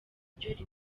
ryo